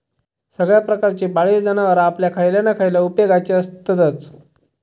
सगळ्या प्रकारची पाळीव जनावरां आपल्या खयल्या ना खयल्या उपेगाची आसततच